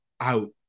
out